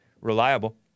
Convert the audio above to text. reliable